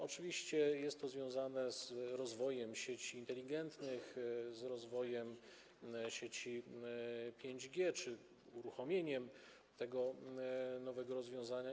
Oczywiście jest to związane z rozwojem sieci inteligentnych, z rozwojem sieci 5G czy uruchomieniem tego nowego rozwiązania.